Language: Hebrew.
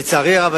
לצערי הרב,